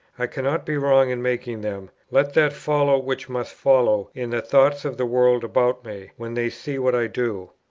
i cannot be wrong in making them let that follow which must follow in the thoughts of the world about me, when they see what i do.